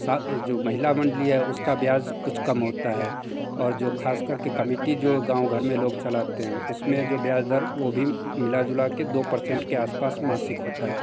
साथ में जो महिला मंडली है उसका ब्याज कुछ कम होता है और जो खास करके कमीटी जो गाँव घर में लोग चलाते हैं उसमें जो ब्याज दर वो भी मिलाजुला के दो पर्सेंट के आसपास मासिक होता है